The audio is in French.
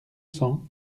cents